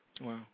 Wow